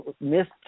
missed